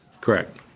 Correct